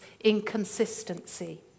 inconsistency